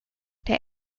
der